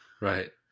Right